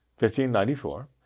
1594